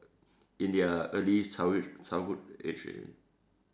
in their early childhood childhood age eh